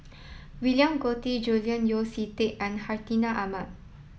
William Goode Julian Yeo See Teck and Hartinah Ahmad